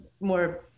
more